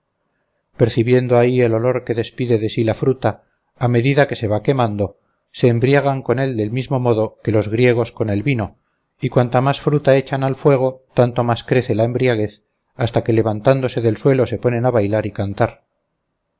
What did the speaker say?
percibiendo ahí el olor que despide de sí la fruta a medida que se va quemando se embriagan con él del mismo modo que los griegos con el vino y cuanta más fruta echan al fuego tanto más crece la embriaguez hasta que levantándose del suelo se ponen a bailar y cantar